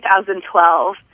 2012